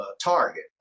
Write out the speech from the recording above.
target